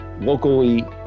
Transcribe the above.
locally